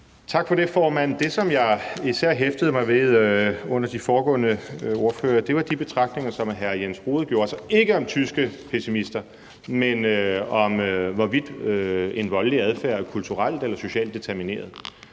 Tak for det, formand. Det, som jeg især hæftede mig ved under de foregående ordførere, var de betragtninger, som hr. Jens Rohde gjorde sig – ikke om tyske pessimister, men om, hvorvidt en voldelig adfærd er kulturelt eller socialt determineret.